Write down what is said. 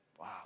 Wow